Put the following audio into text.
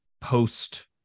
post